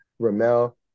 Ramel